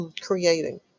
creating